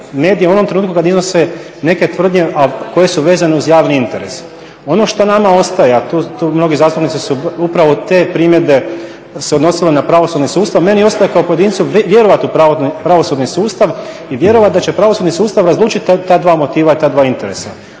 medije u onom trenutku kad iznose neke tvrdnje, a koje su vezane uz javni interes. Ono što nama ostaje, a tu mnogi zastupnici su upravo te primjedbe se odnosile na pravosudni sustav, meni ostaje kao pojedincu vjerovati u pravosudni sustav i vjerovat da će pravosudni sustav razlučiti ta dva motiva i ta dva interesa,